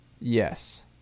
Yes